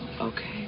Okay